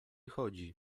chodzi